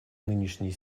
нынешней